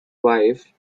wife